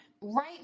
Right